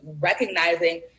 recognizing